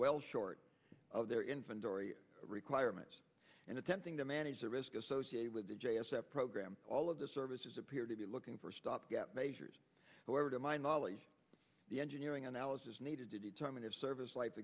well short of their inventory requirements and attempting to manage the risk associated with the j s f program all of the services appear to be looking for stopgap measures however to my knowledge the engineering analysis needed to determine if service life